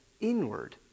inward